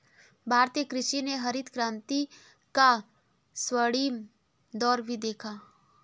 भारतीय कृषि ने हरित क्रांति का स्वर्णिम दौर भी देखा